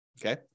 Okay